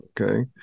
okay